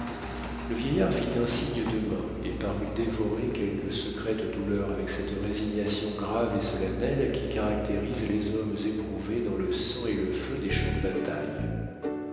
le vieillard fit un signe de main et parut dévorer quelque secrète douleur avec cette résignation grave et solennelle qui caractérise les hommes éprouvés dans le sang et le feu des champs de bataille